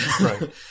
Right